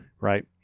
Right